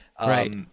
Right